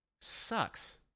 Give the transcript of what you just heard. sucks